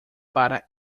para